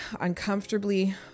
uncomfortably